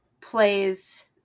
plays